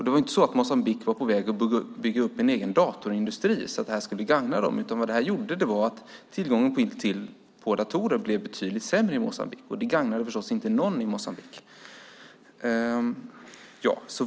Det var inte så att Moçambique var på väg att bygga upp en egen datorindustri, så att det här skulle gagna dem, utan det här gjorde att tillgången på datorer blev betydligt sämre i Moçambique. Det gagnade förstås inte någon i Moçambique.